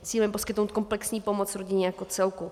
Cílem je poskytnout komplexní pomoc rodině jako celku.